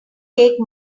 take